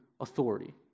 authority